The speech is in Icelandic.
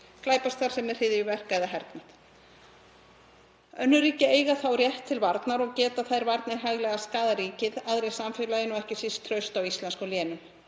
glæpastarfsemi, hryðjuverk eða hernað. Önnur ríki eiga þá rétt til varnar og geta þær varnir hæglega skaðað ríkið, aðra í samfélaginu og ekki síst traust á íslenskum lénum.